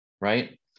right